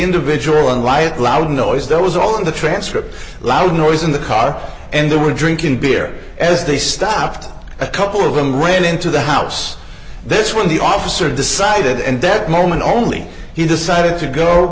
individual and riot loud noise that was all in the transcript loud noise in the car and they were drinking beer as they stopped a couple of them ran into the house this one the officer decided and that moment only he decided to go